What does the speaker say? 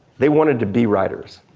they wanted to be writers.